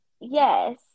yes